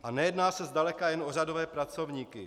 A nejedná se zdaleka jen o řadové pracovníky.